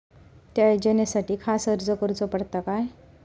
त्या योजनासाठी खास अर्ज करूचो पडता काय?